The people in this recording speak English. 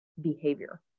behavior